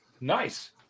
Nice